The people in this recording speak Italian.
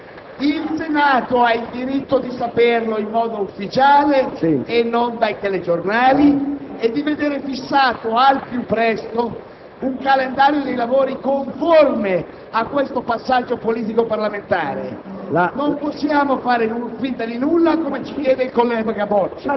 Presidente, ovviamente quello che è accaduto è sotto gli occhi di tutti. Quindi, è inutile fare commenti. Credo che non vi sia bisogno di nessuna sollecitazione. È nelle cose che il Presidente del Consiglio convochi il Consiglio dei ministri per fare una riflessione e prendere le sue decisioni.